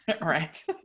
right